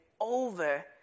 over